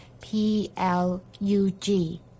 P-L-U-G